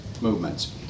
movements